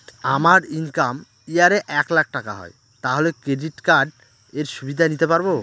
আমার income year এ এক লাক টাকা হয় তাহলে ক্রেডিট কার্ড এর সুবিধা নিতে পারবো?